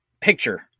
picture